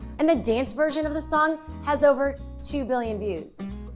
and the dance version of the song has over two billion views.